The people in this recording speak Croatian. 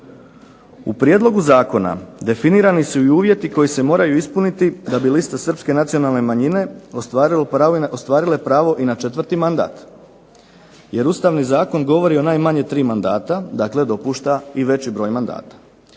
U prijedlogu zakona definirani su i uvjeti koji se moraju ispuniti da bi liste Srpske nacionalne manjine ostvarile pravo i na četvrti mandat jer Ustavni zakon govori o najmanje tri mandata, dakle dopušta i veći broj mandata.